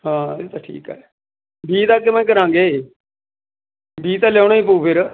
ਹਾਂ ਇਹ ਤਾਂ ਠੀਕ ਹੈ ਬੀਜ ਦਾ ਕਿਵੇਂ ਕਰਾਂਗੇ ਬੀਜ ਤਾਂ ਲਿਆਉਣਾ ਹੀ ਪਊ ਫੇਰ